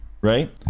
right